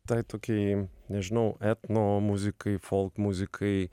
tai toki nežinau etno muzikai folk muzikai